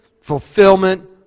fulfillment